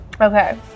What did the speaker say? Okay